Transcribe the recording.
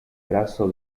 brazo